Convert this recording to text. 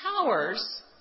powers